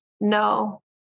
No